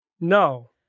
No